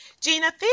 Gina